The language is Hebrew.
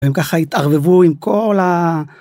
הם ככה התערבבו עם כל ה...